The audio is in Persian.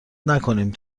نکنیم